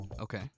Okay